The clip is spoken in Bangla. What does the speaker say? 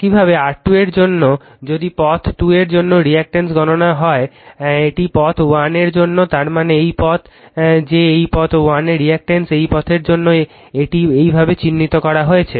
একইভাবে R2 এর জন্য যদি পাথ 2 এর জন্য রিঅ্যাকটেন্স গণনা করা হয় এটি পথ 1 এর জন্য তার মানে এই পথ যে এই পথ 1 এর রিঅ্যাকটেন্স এই পথের জন্য এটি এইভাবে চিহ্নিত করা হয়েছে